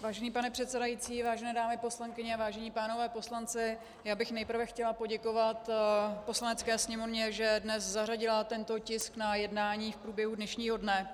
Vážený pane předsedající, vážené dámy poslankyně a vážení pánové poslanci, já bych nejprve chtěla poděkovat Poslanecké sněmovně, že dnes zařadila tento tisk na jednání v průběhu dnešního dne.